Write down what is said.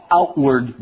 outward